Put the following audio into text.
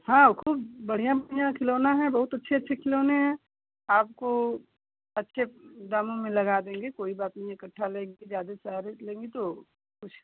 हाँ खूब बढ़ियाँ बढ़िया खिलौना हैं बहुत अच्छे अच्छे खिलौने हैं आपको अच्छे दामों में लगा देंगे कोई बात नहीं इकट्ठा लेंगे ज्यादे से ज्यादे लेंगे तो कुछ